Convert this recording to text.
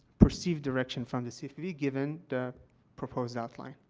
receive direction from the cfpb given the proposed outline.